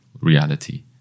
reality